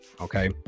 Okay